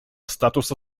статуса